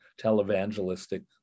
televangelistic